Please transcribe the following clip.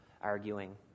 arguing